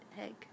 egg